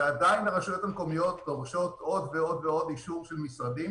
ועדיין הרשויות המקומיות דורשות עוד ועוד אישור של משרדים.